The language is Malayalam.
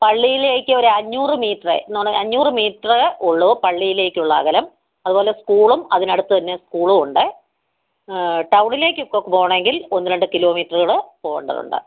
പള്ളിയിലേക്ക് ഒര് അഞ്ഞൂറ് മീറ്ററ് അഞ്ഞൂറ് മീറ്ററ് ഉള്ളു പള്ളിയിലേക്കുള്ള അകലം അതുപോലെ സ്കൂളും അതിനടുത്ത് തന്നെ സ്കൂളും ഉണ്ടേ ടൗണിലേക്കൊക്കെ പോകണമെങ്കിൽ ഒന്ന് രണ്ട് കിലോമീറ്ററുകള് പോകേണ്ടതുണ്ട്